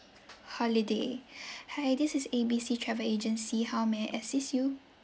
holiday hi this is A B C travel agency how may I assist you